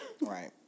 Right